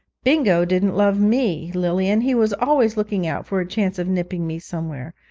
bingo didn't love me, lilian he was always looking out for a chance of nipping me somewhere.